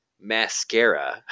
mascara